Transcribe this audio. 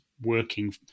working